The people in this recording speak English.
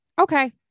okay